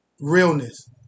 Realness